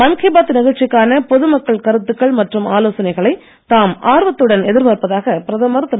மன் கி பாத் நிகழ்ச்சிக்கான பொதுமக்கள் கருத்துக்கள் மற்றும் ஆலோசனைகளை தாம் ஆர்வத்துடன் எதிர்பார்ப்பதாக பிரதமர் திரு